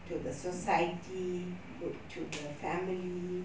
to the society good to the family